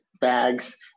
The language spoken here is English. bags